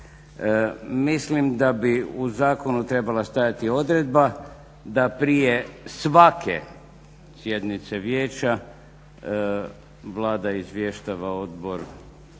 Mislim da bi u zakonu trebala stajati odredba da prije svake sjednice vijeća Vlada izvještava odbor